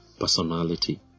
personality